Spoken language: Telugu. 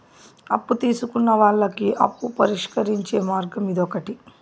అప్పు తీసుకున్న వాళ్ళకి అప్పు పరిష్కరించే మార్గం ఇదొకటి